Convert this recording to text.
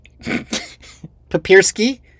Papirski